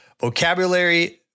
vocabulary